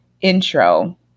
intro